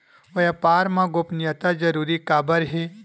व्यापार मा गोपनीयता जरूरी काबर हे?